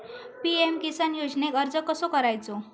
PM किसान योजनेक अर्ज कसो करायचो?